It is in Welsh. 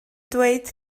dweud